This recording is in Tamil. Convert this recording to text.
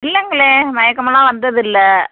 இல்லைங்களே மயக்கமெல்லாம் வந்தது இல்லை